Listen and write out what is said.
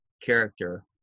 character